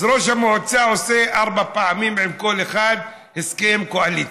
אז ראש המועצה עושה ארבע פעמים עם כל אחד הסכם קואליציה,